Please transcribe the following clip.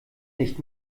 nicht